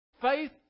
faith